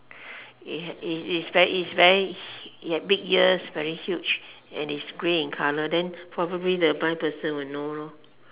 it has it is very it is very he had big ears very huge and is grey in colour then probably the blind person will know lor